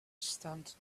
stunned